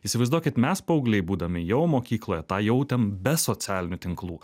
įsivaizduokit mes paaugliai būdami jau mokykloje tą jautėm be socialinių tinklų